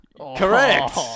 Correct